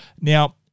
Now